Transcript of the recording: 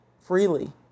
freely